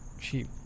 cheap